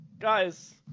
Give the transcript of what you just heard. Guys